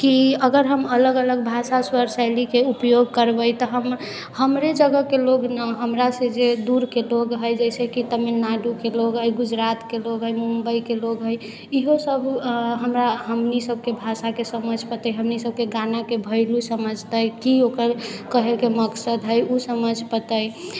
कि अगर हम अलग अलग भाषा स्वर शैलीके उपयोग करबै तऽ हम हमरे जगहके लोक नहि हमरासँ जे दूरके लोक है जैसे कि तामिनाडुके लोक है गुजरातके लोक है मुम्बइके लोक है इहो सभ हमरा हमनि सभके भाषाके समझि पाइते हमनि सभके गानाके वेल्यु समझतै कि ओकर कहैके मकसद है उ समझि पायते